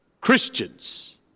Christians